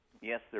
Yes